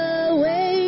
away